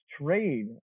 trade